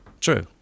True